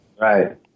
Right